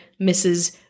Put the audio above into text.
Mrs